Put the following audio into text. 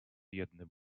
biedny